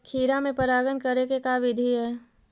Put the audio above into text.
खिरा मे परागण करे के का बिधि है?